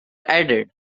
added